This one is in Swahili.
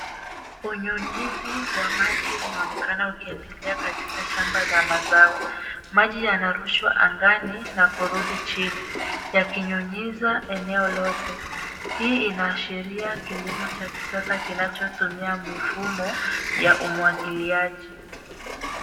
Unyunyizi wa maji unaonekana ukiendelea katika shamba la mazao. Maji yanarushwa angani na kurudi chini, yakinyunyiza eneo lote. Hii inaashiria kilimo cha kisasa kinachotumia mifumo ya umwagiliaji.